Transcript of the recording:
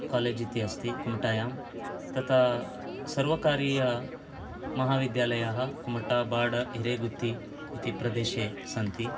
college इति अस्ति कुमटायाम् तथा सर्वकारीय महाविद्यालयाः कुमटा बाड् इरेगुत्ति इति प्रदेशे सन्ति